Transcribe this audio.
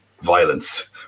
violence